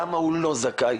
למה הוא לא זכאי.